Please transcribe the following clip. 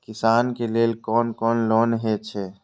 किसान के लेल कोन कोन लोन हे छे?